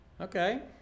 Okay